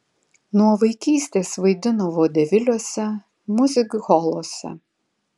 nuo vaikystės vaidino vodeviliuose miuzikholuose